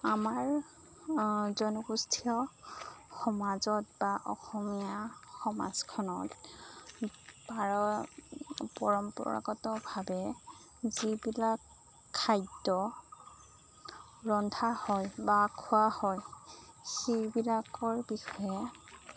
আমাৰ জনগোষ্ঠীয় সমাজত বা অসমীয়া সমাজখনত পাৰ পৰম্পৰাগতভাৱে যিবিলাক খাদ্য ৰন্ধা হয় বা খোৱা হয় সেইবিলাকৰ বিষয়ে